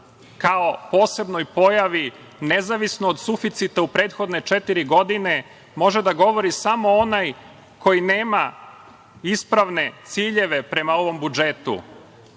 kao posebnoj pojavi nezavisno od suficita u prethodne četiri godine može da govori samo onaj koji nema ispravne ciljeve prema ovom budžetu,